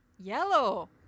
Yellow